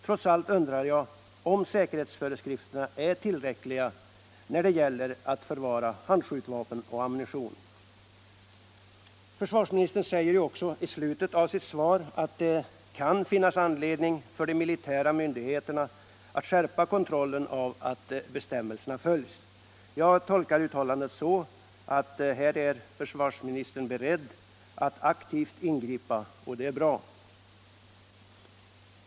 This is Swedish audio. Trots allt undrar jag om säkerhetsförskrifterna är tillräckliga när det gäller att förvara handeldvapen och ammunition. Försvarsministern säger ju också i slutet av sitt svar att det-kan finnas anledning för de militära myndigheterna att skärpa kontrollen av att bestämmelserna följs. Jag tolkar uttalandet så att här är försvarsministern beredd att aktivt ingripa, och det är bra.